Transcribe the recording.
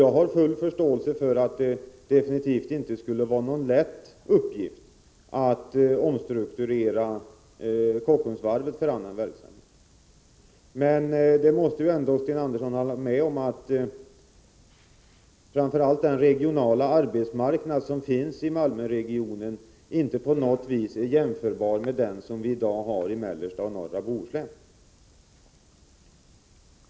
Jag har full förståelse för att det absolut inte är någon lätt uppgift att omstrukturera Kockumsvarvet för annan verksamhet, men Sten Andersson måste väl ändå hålla med om att arbetsmarknaden i Malmöregionen inte på något vis är jämförbar med den som vi i dag har i mellersta och norra Bohuslän.